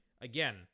again